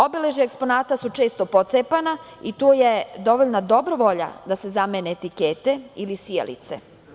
Obeležja eksponata su često pocepana i tu je dovoljna dobra volja da se zamene etikete ili sijalice.